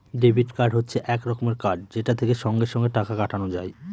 debit card হচ্ছে এক রকমের কার্ড যেটা থেকে সঙ্গে সঙ্গে টাকা কাটানো যায়